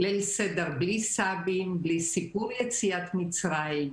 ליל סדר בלי סבים, בלי סיפור יציאת מצרים.